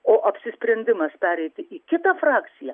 o apsisprendimas pereiti į kitą frakciją